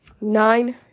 nine